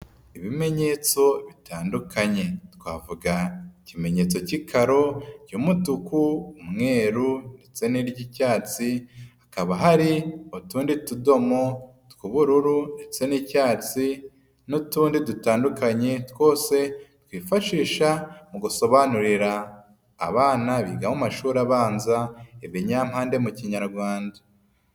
Ibimenyetso bitandukanye. Twavuga ikimenyetso cy'ikaro ry'umutuku, umweru ndetse n'iry'icyatsi, hakaba hari utundi tudomo tw'ubururu ndetse n'icyatsi n'utundi dutandukanye twose twifashisha mu gusobanurira abana biga mu mashuri abanza ibinyampande mu kinyarwanda.